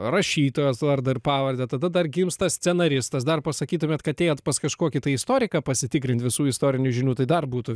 rašytojos vardą ir pavardę tada dar gimsta scenaristas dar pasakytumėt kad ėjot pas kažkokį istoriką pasitikrint visų istorinių žinių tai dar būtų